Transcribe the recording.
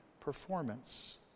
performance